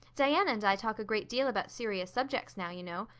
diana and i talk a great deal about serious subjects now, you know.